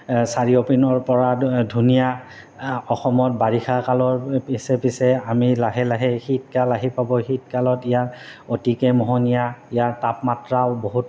চাৰিও পিনৰপৰা ধুনীয়া অসমত বাৰিষা কালৰ পিছে পিছে আমি লাহে লাহে শীতকাল আহি পাব শীতকালত ইয়াৰ অতিকে মোহনীয়া ইয়াৰ তাপমাত্ৰাও বহুত